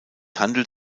handelt